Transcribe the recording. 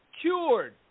cured